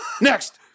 Next